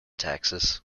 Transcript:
texas